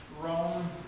Rome